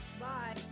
Bye